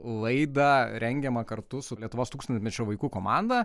laidą rengiamą kartu su lietuvos tūkstantmečio vaikų komanda